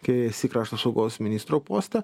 kai esi krašto apsaugos ministro poste